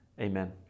Amen